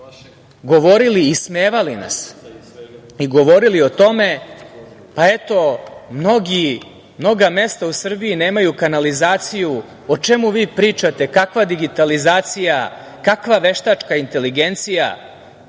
govorili i ismevali nas, i govorili o tome, pa eto mnoga mesta u Srbiji nemaju kanalizaciju, o čemu vi pričate, kakva digitalizacija, kakva veštačka inteligencija?